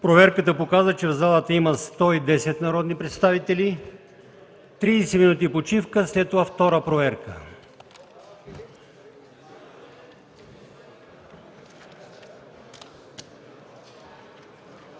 Проверката показва, че в залата има 110 народни представители. Тридесет минути почивка – след това втора проверка.